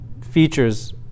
features